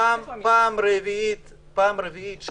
אתה